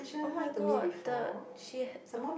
oh-my-god the she had